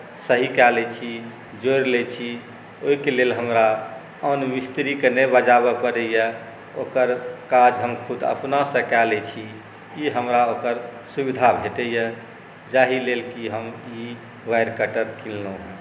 सही कए लैत छी जोड़ि लैत छी ओहिके लेल हमरा आन मिस्त्रीकेँ नहि बजाबय पड़ैए ओकर काज हम खुद अपनासँ कए लैत छी ई हमरा ओकर सुविधा भेटैए जाहि लेल कि हम ई वायर कटर किनलहुँ हेँ